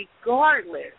regardless